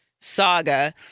saga